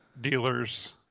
dealers